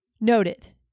Noted